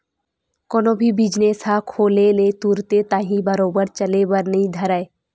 कोनो भी बिजनेस ह खोले ले तुरते ताही बरोबर चले बर नइ धरय